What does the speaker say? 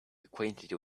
acquainted